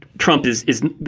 trump is isn't,